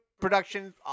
production